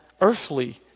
earthly